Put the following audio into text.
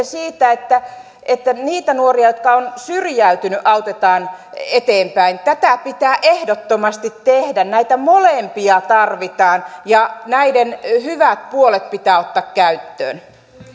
siitä että että niitä nuoria jotka ovat syrjäytyneet autetaan eteenpäin tätä pitää ehdottomasti tehdä näitä molempia tarvitaan ja näiden hyvät puolet pitää ottaa käyttöön